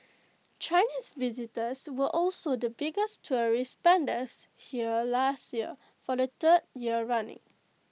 Chinese visitors were also the biggest tourist spenders here last year for the third year running